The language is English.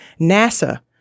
NASA